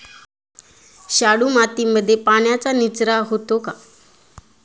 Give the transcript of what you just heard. शाडू मातीमध्ये पाण्याचा निचरा होतो का?